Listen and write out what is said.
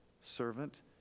servant